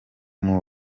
muri